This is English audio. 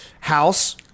House